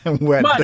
Wet